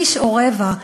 שליש או רבע.